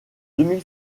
demi